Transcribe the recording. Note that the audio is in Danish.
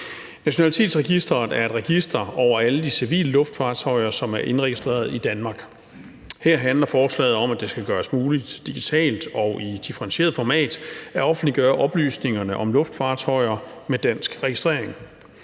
Nationalitetsregistret er et register over alle de civile luftfartøjer, som er indregistreret i Danmark. Her handler forslaget om, at det skal gøres muligt digitalt og i et differentieret format at offentliggøre oplysningerne om luftfartøjer med dansk registrering.